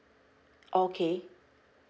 okay